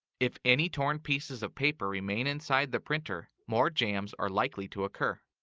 if any torn pieces of paper remain inside the printer, more jams are likely to occur.